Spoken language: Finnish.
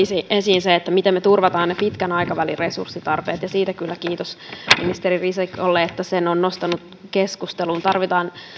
esiin miten me turvaamme pitkän aikavälin resurssitarpeet ja siitä kyllä kiitos ministeri risikolle että hän sen on nostanut keskusteluun tarvitaan